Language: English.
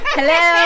Hello